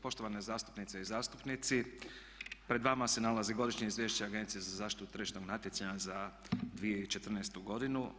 Poštovane zastupnice i zastupnici, pred vama se nalazi Godišnje izvješće Agencije za zaštitu tržišnog natjecanja za 2014. godinu.